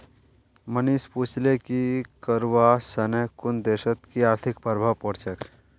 मनीष पूछले कि करवा सने कुन देशत कि आर्थिक प्रभाव पोर छेक